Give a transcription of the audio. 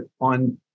on